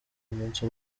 umunsi